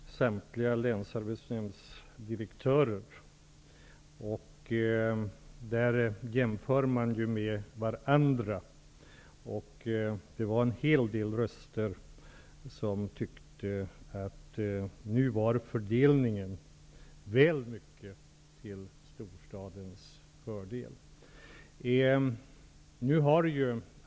Fru talman! Jag träffade i går samtliga länsarbetsdirektörer. De jämför ju med varandra, och en hel del av dem tyckte att nu var fördelningen väl mycket till storstadens fördel.